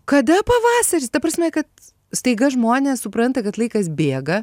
kada pavasaris ta prasme kad staiga žmonės supranta kad laikas bėga